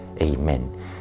Amen